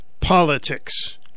politics